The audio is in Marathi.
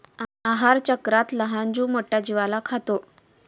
आहारचक्रात लहान जीव मोठ्या जीवाला खातो